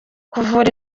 kuvura